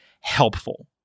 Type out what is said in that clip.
helpful